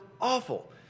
awful